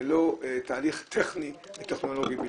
זה לא תהליך טכני טכנולוגי בלבד.